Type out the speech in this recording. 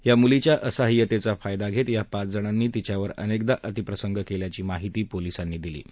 या मुलीच्या असाहाय्यतेचा फायदा घेत या पाच जणांनी तिच्यावर अनेकदा अतिप्रसंग केल्याची माहिती पोलीसांनी दिली आहे